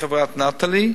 חברת "נטלי"